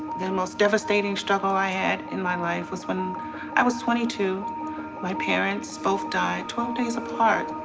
most devastating struggle i had in my life was when i was twenty two my parents both died twelve days apart.